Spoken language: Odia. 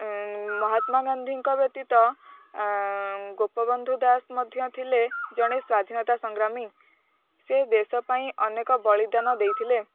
ମହାତ୍ମା ଗାନ୍ଧୀଙ୍କ ବ୍ୟତୀତ ଗୋପବନ୍ଧୁ ଦାସ ମଧ୍ୟ ଥିଲେ ଜଣେ ସ୍ଵାଧୀନତା ସଂଗ୍ରାମୀ ସେ ଦେଶ ପାଇଁ ଅନେକ ବଳିଦାନ ଦେଇଥିଲେ